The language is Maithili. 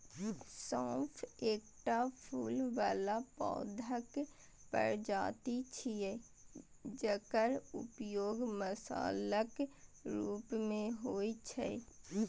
सौंफ एकटा फूल बला पौधाक प्रजाति छियै, जकर उपयोग मसालाक रूप मे होइ छै